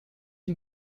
you